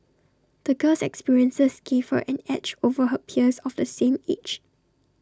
the girl's experiences gave her an edge over her peers of the same age